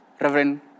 Reverend